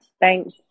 thanks